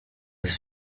jest